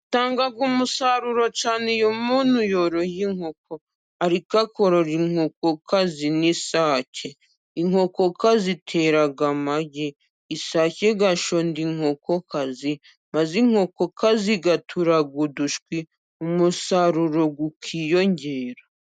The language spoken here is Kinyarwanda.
Zitannga umusaruro cyane iyo umuntu yoroye inkoko ariko akorora inkokokazi n'isake; inkokokazi zitera amagi, isake igashonda inkokokazi maze inkokokazi igaturaga udushwi, umusaruro ukiyongera.